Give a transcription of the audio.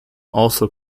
also